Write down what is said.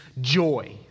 joy